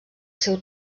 seu